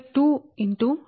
మనకు అది మనకు L1